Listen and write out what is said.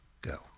go